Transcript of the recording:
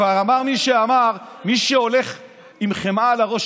כבר אמר מי שאמר: מי שהולך עם חמאה על הראש,